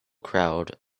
crowd